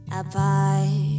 apart